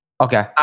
Okay